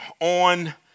on